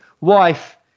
wife